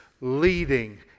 leading